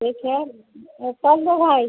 ठीक है तोल दो भाई